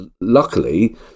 luckily